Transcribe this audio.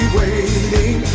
waiting